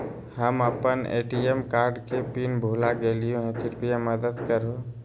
हम अप्पन ATM card के पिन भुला गेलिओ हे कृपया मदद कर हो